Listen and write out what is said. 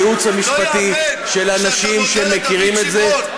הייעוץ המשפטי של אנשים שמכירים את זה,